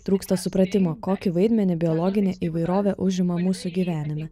trūksta supratimo kokį vaidmenį biologinė įvairovė užima mūsų gyvenime